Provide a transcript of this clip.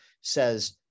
says